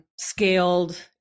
scaled